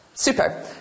Super